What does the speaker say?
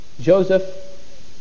Joseph